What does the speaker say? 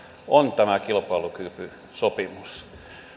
on tämä kilpailukykysopimus